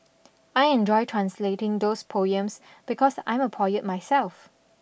I enjoyed translating those poems because I'm a poet myself